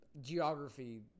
geography